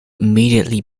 immediately